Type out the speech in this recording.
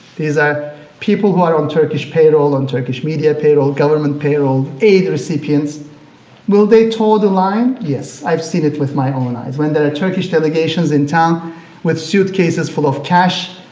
these are people but on turkish payroll, on turkish media payroll, government payroll, aid recipients will they toll the line? yes, i've seen it with my own eyes. when there are turkish delegations in town with suitcases full of cash,